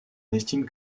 n’estime